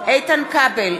איתן כבל,